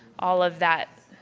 all of that.